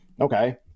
Okay